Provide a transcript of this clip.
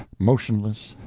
motionless,